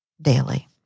daily